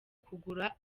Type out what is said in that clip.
kugura